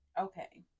okay